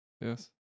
Yes